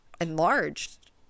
enlarged